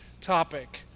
topic